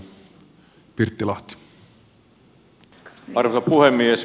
arvoisa puhemies